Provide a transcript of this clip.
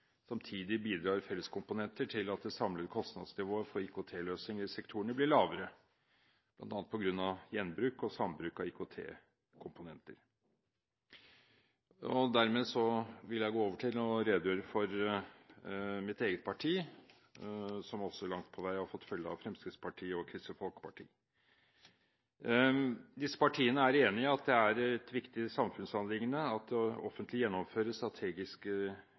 Samtidig bidrar felleskomponenter til at det samlede kostnadsnivået for IKT-løsninger i sektorene blir lavere, bl.a. på grunn av gjenbruk og sambruk av IKT-komponenter. Dermed vil jeg gå over til å redegjøre for mitt eget partis synspunkter, som også langt på vei har fått følge av Fremskrittspartiet og Kristelig Folkeparti. Disse partiene er enig i at det er et viktig samfunnsanliggende at det